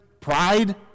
pride